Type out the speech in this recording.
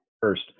first